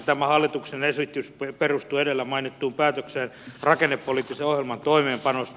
tämä hallituksen esitys perustuu edellä mainittuun päätökseen rakennepoliittisen ohjelman toimeenpanosta